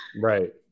right